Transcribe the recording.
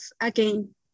again